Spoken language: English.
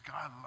God